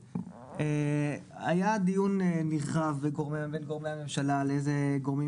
היה דיון נרחב בין גורמי הממשלה לאיזה גורמים